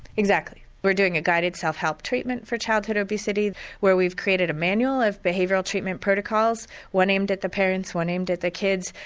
exactly. we are doing a guided self-help treatment for childhood obesity where we've created a manual of behavioural treatment protocols one aimed at the parents, one aimed at their kids,